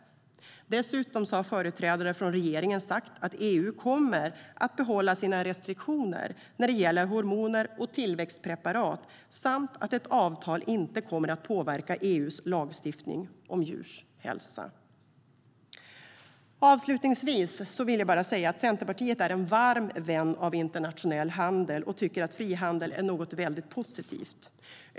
Dessutom har företrädare för regeringen sagt att EU kommer att behålla sina restriktioner när det gäller hormoner och tillväxtpreparat samt att ett avtal inte kommer att påverka EU:s lagstiftning om djurs hälsa. Avslutningsvis vill jag bara säga att Centerpartiet är en varm vän av internationell handel och tycker att frihandel är väldigt positivt.